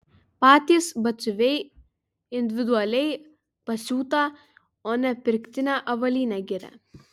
patys batsiuviai individualiai pasiūtą o ne pirktinę avalynę giria